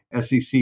SEC